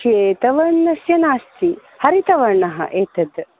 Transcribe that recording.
श्वेतवर्णस्य नास्ति हरितवर्णः एतत्